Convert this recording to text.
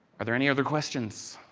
are there any other questions?